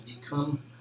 become